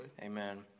Amen